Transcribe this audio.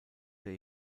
der